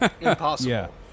Impossible